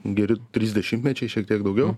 geri trys dešimtmečiai šiek tiek daugiau